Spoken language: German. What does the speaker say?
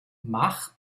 mach